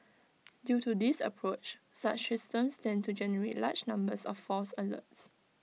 due to this approach such systems tend to generate large numbers of false alerts